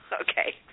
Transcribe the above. Okay